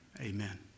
amen